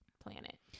planet